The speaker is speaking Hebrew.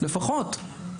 לפחות,